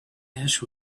ash